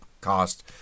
cost